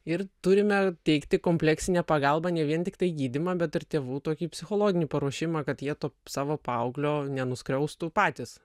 ir turime teikti kompleksinę pagalbą ne vien tiktai gydymą bet ir tėvų tokį psichologinį paruošimą kad jie to savo paauglio nenuskriaustų patys